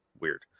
weird